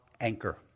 anchor